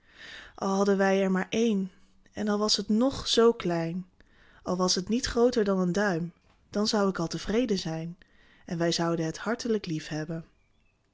hadden wij er maar één en al was het ng zoo klein al was het niet grooter dan een duim dan zou ik al tevreden zijn en wij zouden het hartelijk liefhebben